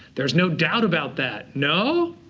there's no doubt about that, no?